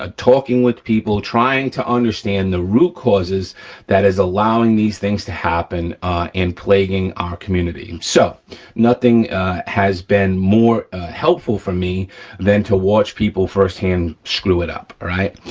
ah talking with people trying to understand the root causes that is allowing these things to happen and plaguing our community. so nothing has been more helpful for me than to watch people firsthand screw it up, right.